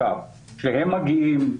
כשהם מגיעים,